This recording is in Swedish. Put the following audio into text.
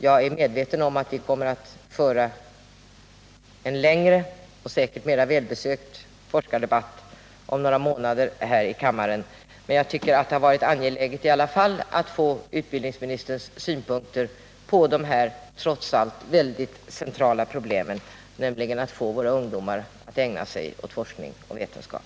Jag är medveten om att vi kommer att föra en längre och säkert mera välbesökt forskarutbildningsdebatt om några månader här i kammaren, men jag tycker att det har varit angeläget i alla fall att få utbildningsministerns synpunkter på det centrala problemet att få våra ungdomar att ägna sig åt forskning och vetenskap.